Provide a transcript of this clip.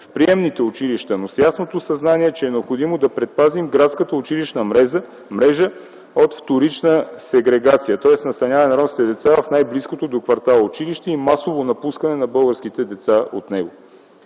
в приемните училища, но с ясното съзнание, че е необходимо да предпазим градската училищна мрежа от вторична сегрегация, тоест настаняване на ромските деца в най-близкото до квартала училище и масово напускане на българските деца от него.